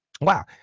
Wow